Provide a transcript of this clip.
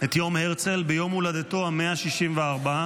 את יום הרצל, ביום הולדתו ה-164,